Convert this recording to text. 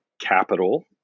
capital